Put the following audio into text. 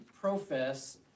profess